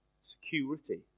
security